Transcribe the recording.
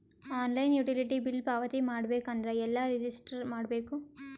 Online utility bill ಪಾವತಿ ಮಾಡಬೇಕು ಅಂದ್ರ ಎಲ್ಲ ರಜಿಸ್ಟರ್ ಮಾಡ್ಬೇಕು?